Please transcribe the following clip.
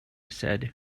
said